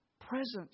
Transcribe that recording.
presence